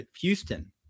Houston